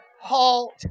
halt